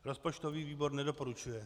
Rozpočtový výbor nedoporučuje.